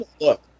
look